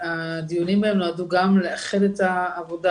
והדיונים בהם נועדו גם לאחד את העבודה,